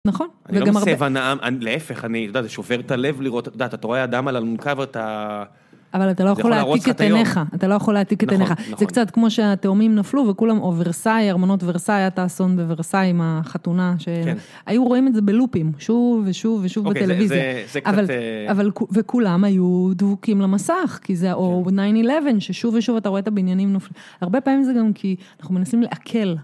נכון. זה לא מסב הנאה, להפך, אני יודע, זה שובר את הלב לראות, אתה יודע, אתה רואה אדם על אלונקה ואתה... אבל אתה לא יכול להתיק את עיניך, אתה לא יכול להתיק את עיניך. זה קצת כמו שהתאומים נפלו וכולם, או ורסאי, ארמנות ורסאי, היה את האסון בוורסאי עם החתונה, שהיו רואים את זה בלופים, שוב ושוב ושוב בטלוויזיה. אבל, וכולם היו דבוקים למסך, כי זה ה09-11, ששוב ושוב אתה רואה את הבניינים נופלים. הרבה פעמים זה גם כי אנחנו מנסים לעכל.